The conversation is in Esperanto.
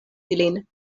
ilin